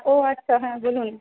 ও আচ্ছা হ্যাঁ বলুন